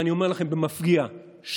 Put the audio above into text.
ואני אומר לכם במפגיע שלא,